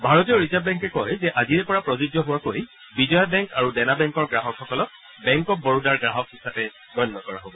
ভাৰতীয় ৰিজাৰ্ভ বেংকে কয় যে আজিৰে পৰা প্ৰযোজ্য হোৱাকৈ বিজয়া বেংক আৰু ডেনা বেংকৰ গ্ৰাহকসকলক বেংক অব্ বৰোডাৰ গ্ৰাহক হিচাপে গণ্য কৰা হব